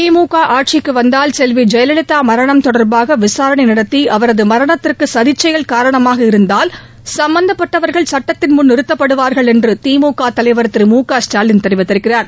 திமுக ஆட்சிக்கு வந்தால் செல்வி ஜெயலலிதா மரணம் தொடர்பாக விசாரணை நடத்தி அவரது மரணத்திற்கு சதிச்செயல் காரணமாக இருந்தால் சம்பந்தப்பட்டவர்கள் சட்டத்தின் முன் நிறுத்தப்படுவார்கள் என்று திமுக தலைவர் திரு மு க ஸ்டாலின் கூறியிருக்கிறார்